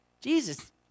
Jesus